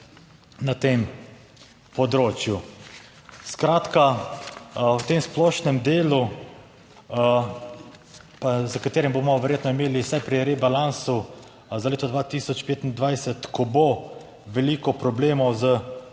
na tem področju. Skratka, v tem splošnem delu s katerim bomo verjetno imeli vsaj pri rebalansu za leto 2025, ko bo veliko problemov